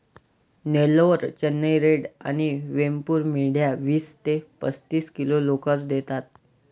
Nellore, Chennai red आणि वेमपूर मेंढ्या वीस ते पस्तीस किलो लोकर देतात